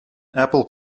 apple